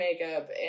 makeup